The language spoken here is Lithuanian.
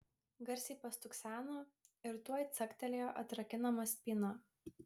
garsiai pastukseno ir tuoj caktelėjo atrakinama spyna